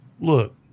look